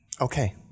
okay